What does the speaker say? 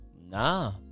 nah